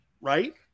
right